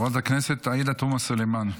חברת הכנסת עאידה תומא סלימאן,